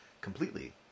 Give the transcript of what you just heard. completely